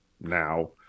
now